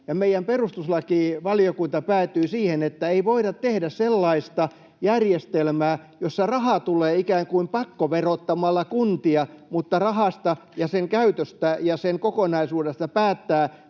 meidän perustuslakivaliokuntamme päätyi siihen, että ei voida tehdä sellaista järjestelmää, jossa raha tulee ikään kuin pakkoverottamalla kuntia, mutta rahasta ja sen käytöstä ja sen kokonaisuudesta päättää